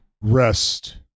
Rest